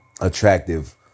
attractive